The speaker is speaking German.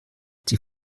die